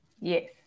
yes